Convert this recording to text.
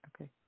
Okay